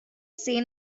say